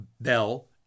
bell